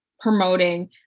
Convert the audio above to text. promoting